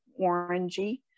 orangey